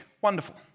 wonderful